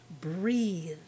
breathe